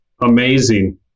amazing